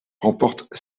remporte